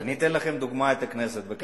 אני אתן לכם לדוגמה את הכנסת.